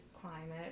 climate